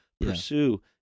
pursue